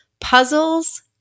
puzzles